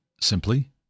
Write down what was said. simply